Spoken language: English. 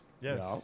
Yes